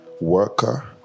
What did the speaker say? worker